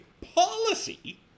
Policy